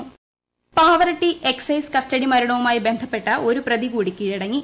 Pavaratti Pavaratti excise custody മരണവുമായി ബന്ധപ്പെട്ട് ഒരു പ്രതി കൂടി കീഴടങ്ങി